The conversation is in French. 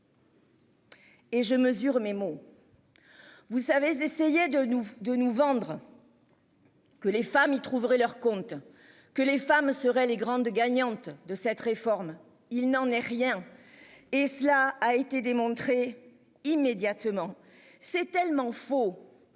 Et je mesure mes mots. Vous savez ils essayaient de nous de nous vendre. Que les femmes y trouveraient leur compte que les femmes seraient les grandes gagnantes de cette réforme. Il n'en est rien. Et cela a été démontré immédiatement, c'est tellement faux.